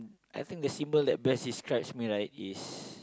I think the symbol that best describes me right is